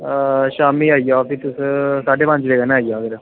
ते शामीं आई जाओ ते फ्ही साढ़े पंज बजे आई जा